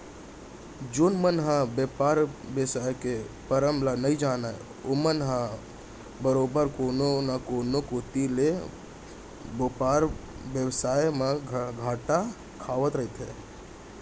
जेन मन ह बेपार बेवसाय के मरम ल नइ जानय ओमन ह बरोबर कोनो न कोनो कोती ले बेपार बेवसाय म घाटा खावत रहिथे